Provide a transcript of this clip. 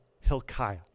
Hilkiah